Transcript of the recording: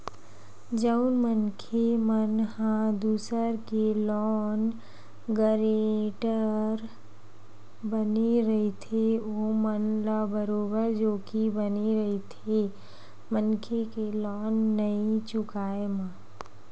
जउन मनखे मन ह दूसर के लोन गारेंटर बने रहिथे ओमन ल बरोबर जोखिम बने रहिथे मनखे के लोन नइ चुकाय म